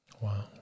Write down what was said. Wow